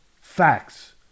facts